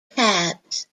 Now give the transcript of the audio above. tabs